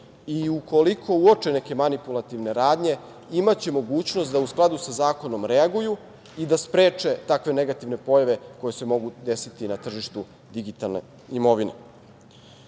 i ukoliko uoče neke manipulativne radnje imati mogućnost da u skladu sa zakonom reaguju i da spreče takve negativne pojave koje se mogu desiti na tržištu digitalne